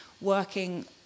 working